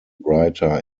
writer